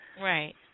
Right